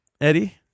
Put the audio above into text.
Eddie